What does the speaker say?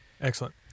Excellent